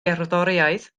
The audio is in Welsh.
gerddoriaeth